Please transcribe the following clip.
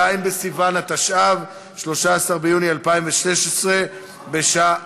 ז' בסיוון התשע"ו, 13 ביוני 2016, בשעה